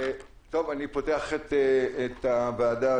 אני פותח את הוועדה,